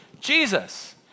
Jesus